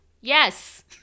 yes